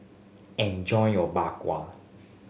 enjoy your Bak Kwa